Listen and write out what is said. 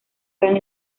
caen